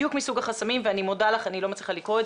אני מודה לך מאוד